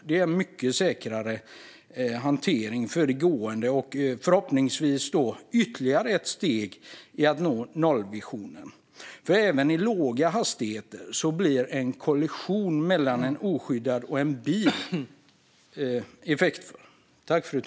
Det är mycket säkrare för de gående och förhoppningsvis ett ytterligare steg mot att nå nollvisionen. Även i låga hastigheter blir en kollision mellan en oskyddad trafikant och en bil kraftfull.